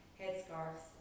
headscarves